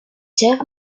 chief